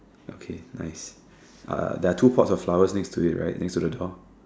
okay nice uh there are two pots of flowers next to it right next to the door